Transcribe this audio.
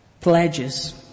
pledges